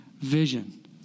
vision